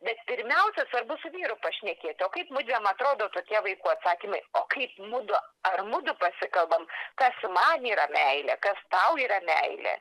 bet pirmiausia svarbu su vyru pašnekėt o kaip mudviem atrodo tokie vaikų atsakymai o kaip mudu ar mudu pasikalbam kas man yra meilė kas tau yra meilė